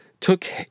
took